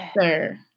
Sir